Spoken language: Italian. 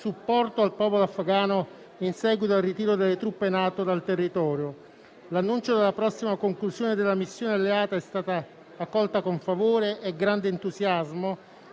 supporto al popolo afghano in seguito al ritiro delle truppe Nato dal territorio. L'annuncio della prossima conclusione della missione alleata è stata accolta con favore e grande entusiasmo.